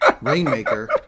Rainmaker